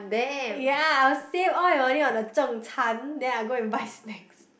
ya I'll save all my money on the zheng can then I'll go and buy snacks